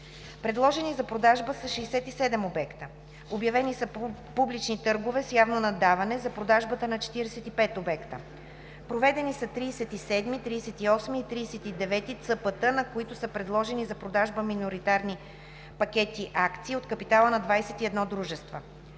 Предложени за продажба са 67 обекта. Обявени са публични търгове с явно наддаване за продажбата на 45 обекта. Проведени са 37-ми, 38-ми и 39-ти ЦПТ, на които са предложени за продажба миноритарни пакети акции от капитала на 21 дружества.